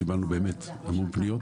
קיבלנו באמת המון פניות.